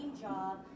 job